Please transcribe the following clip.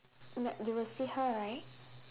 but you will see her right